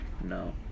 No